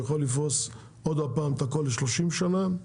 הוא יכול לפרוס עוד פעם את הכול ל-30 שנה.